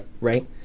right